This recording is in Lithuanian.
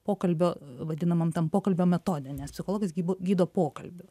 pokalbio vadinamam tam pokalbio metode nes psichologas gydo gydo pokalbiu